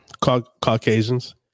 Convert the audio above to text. Caucasians